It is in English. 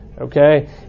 okay